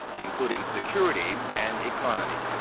including security and economy.